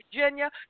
Virginia